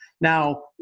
Now